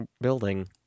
building